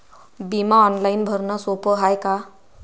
बिमा ऑनलाईन भरनं सोप हाय का?